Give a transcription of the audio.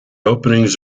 openings